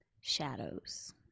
shadows